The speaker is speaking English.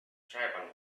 tribal